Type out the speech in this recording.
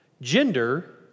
Gender